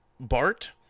Bart